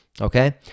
okay